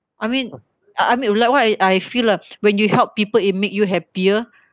I mean uh I'm like what I feel lah when you help people it make you happier